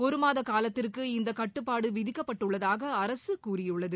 ஒரு மாத காலத்திற்கு இந்த கட்டுப்பாடு விதிக்கப்பட்டுள்ளதாக அரசு கூறியுள்ளது